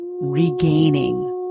regaining